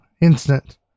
Instant